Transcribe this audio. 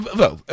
wel